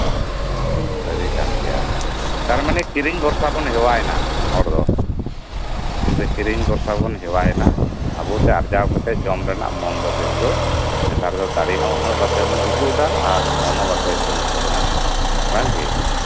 ᱥᱟᱹᱨᱤ ᱠᱟᱱ ᱜᱮᱭᱟ ᱛᱟᱨᱢᱟᱱᱮ ᱠᱤᱨᱤᱧ ᱵᱷᱚᱨᱥᱟ ᱵᱚᱱ ᱦᱮᱣᱟᱭᱮᱱᱟ ᱦᱚᱲ ᱫᱚ ᱠᱤᱨᱤᱧ ᱵᱷᱚᱨᱥᱟ ᱵᱚᱱ ᱦᱮᱣᱟᱭᱮᱱᱟ ᱟᱵᱚᱛᱮ ᱟᱨᱡᱟᱣ ᱠᱟᱛᱮᱫ ᱟᱵᱚ ᱛᱮ ᱟᱨᱡᱟᱣ ᱠᱟᱛᱮᱫ ᱡᱚᱢ ᱨᱮᱭᱟᱜ ᱫᱟᱲᱮ ᱦᱚᱸ ᱠᱤᱱᱛᱩ ᱱᱮᱛᱟᱨ ᱫᱚ ᱫᱟᱲᱮ ᱦᱚᱸ ᱵᱟᱯᱮ ᱩᱫᱩᱜ ᱮᱫᱟ ᱟᱨ ᱢᱚᱱ ᱦᱚᱸ ᱯᱟᱥᱮᱡ ᱵᱟᱹᱱᱩᱜ ᱛᱟᱵᱳᱱᱟ ᱵᱟᱝᱜᱮ